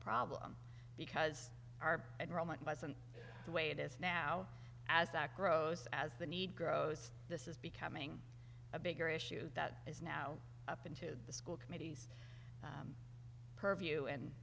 problem because our present the way it is now as that grows as the need grows this is becoming a bigger issue that is now up into the school committees purview and